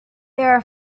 there